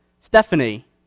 Stephanie